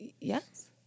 Yes